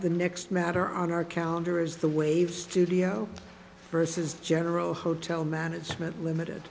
the next matter on our calendar is the wave studio verses general hotel management limited